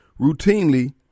routinely